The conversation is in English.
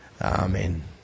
Amen